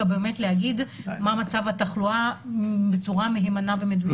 באמת להגיד מה מצב התחלואה בצורה מהימנה ומדויקת.